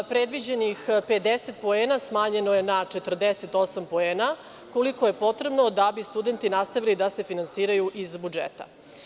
Predviđenih 50 poena smanjeno je na 48 poena, koliko je potrebno da bi studenti nastavili da se finansiraju iz budžeta.